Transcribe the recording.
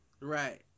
Right